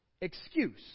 excuse